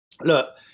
look